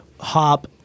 hop